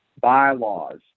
bylaws